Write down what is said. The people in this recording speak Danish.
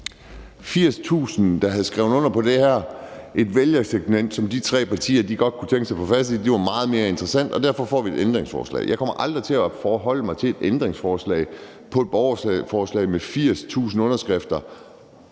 80.000, der har skrevet under på det her, er et vælgersegment, som de tre partier godt kunne tænke sig at få fat i, og som er meget mere interessante, og derfor får vi et ændringsforslag. Jeg kommer aldrig til at forholde mig til et ændringsforslag på et borgerforslag med 80.000 underskrifter,